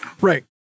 right